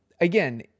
Again